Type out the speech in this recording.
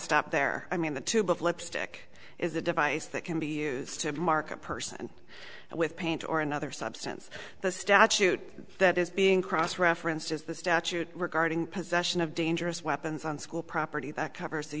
stop there i mean the tube of lipstick is a device that can be used to mark a person with paint or another substance the statute that is being cross referenced is the statute regarding possession of dangerous weapons on school property that covers the